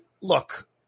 look